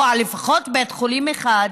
או לפחות בית חולים אחד,